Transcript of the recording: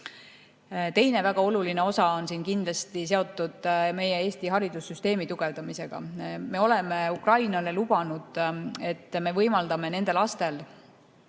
Teine väga oluline osa on siin kindlasti seotud meie Eesti haridussüsteemi tugevdamisega. Me oleme Ukrainale lubanud, et me võimaldame nende lastel